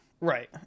right